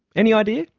any idea?